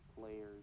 players